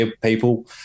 people